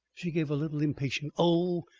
she gave a little impatient oh!